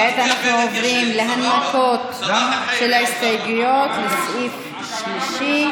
כעת אנחנו עוברים להנמקות של ההסתייגויות לאחרי הסעיף השלישי.